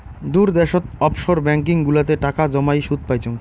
দূর দ্যাশোত offshore banking গুলাতে টাকা জমাই সুদ পাইচুঙ